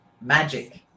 Magic